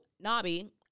Nobby